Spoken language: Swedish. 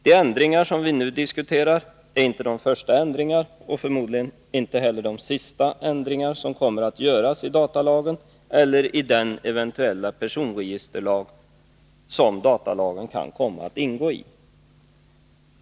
De ändringar som vi nu diskuterar är inte de första och förmodligen inte heller de sista ändringar som kommer att göras i datalagen eller i den eventuella personregisterlag som datalagen kan komma att ingå 1.